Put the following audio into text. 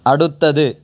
അടുത്തത്